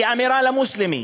היא אמירה למוסלמי,